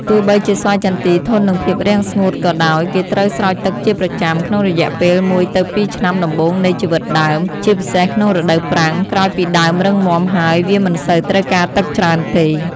ទោះបីជាស្វាយចន្ទីធន់នឹងភាពរាំងស្ងួតក៏ដោយ គេត្រូវ ស្រោចទឹកជាប្រចាំ ក្នុងរយៈពេល ១ ទៅ២ ឆ្នាំដំបូងនៃជីវិតដើម ជាពិសេសក្នុងរដូវប្រាំង ក្រោយពីដើមរឹងមាំហើយ វាមិនសូវត្រូវការទឹកច្រើនទេ។